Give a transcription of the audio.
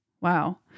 Wow